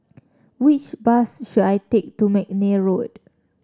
which bus should I take to McNair Road